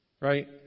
right